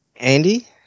Andy